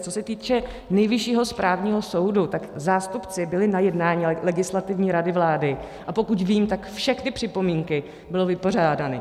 Co se týče Nejvyššího správního soudu, tak zástupci byli na jednání Legislativní rady vlády, a pokud vím, tak všechny připomínky byly vypořádány.